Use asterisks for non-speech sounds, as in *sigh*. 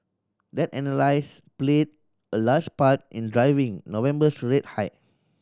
that *unintelligible* played a large part in driving November's rate hike